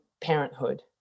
parenthood